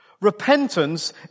Repentance